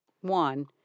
One